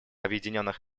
объединенных